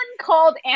called